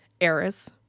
Eris